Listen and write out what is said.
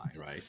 right